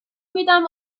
میدم